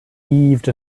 heaved